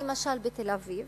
למשל, בתל-אביב